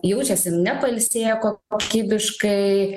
jaučiasi nepailsėję ko kokybiškai